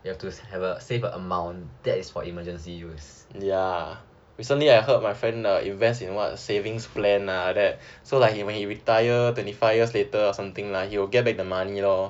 ya recently I heard my friend invest in what savings plan ah like that so like when he retire twenty five years later or something lah he will get back the money lor